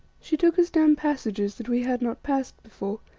she took us down passages that we had not passed before,